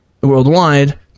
worldwide